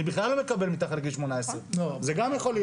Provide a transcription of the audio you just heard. לא מקבל מתחת לגיל 18. זה גם יכול להיות.